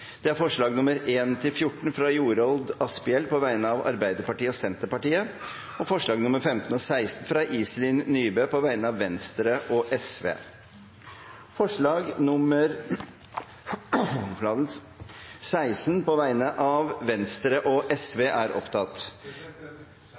alt 16 forslag. Det er forslagene nr. 1–14, fra Jorodd Asphjell på vegne av Arbeiderpartiet og Senterpartiet forslagene nr. 15 og 16, fra Iselin Nybø på vegne av Venstre og Sosialistisk Venstreparti Det voteres først over forslag nr. 16, fra Venstre og